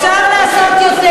אפשר לעשות יותר.